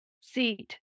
Seat